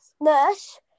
nurse